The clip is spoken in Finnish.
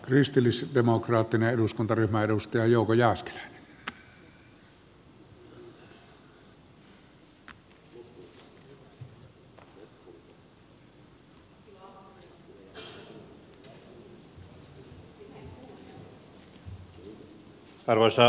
kristillisdemokraattien eduskuntaryhmän edustaja jouko ja arvoisa herra puhemies